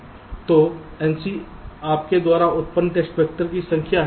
तो nc आपके द्वारा उत्पन्न टेस्ट वैक्टर की संख्या है और ns फ्लिप फ्लॉप की संख्या है